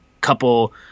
couple